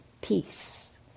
peace